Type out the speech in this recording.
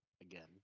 again